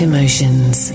Emotions